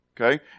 okay